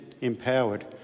empowered